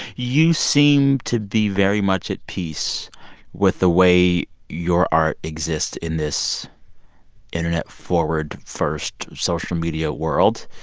you seem to be very much at peace with the way your art exists in this internet-forward, first, social media world.